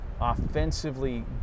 offensively